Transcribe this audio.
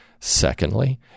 Secondly